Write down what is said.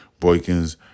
Boykins